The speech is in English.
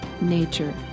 nature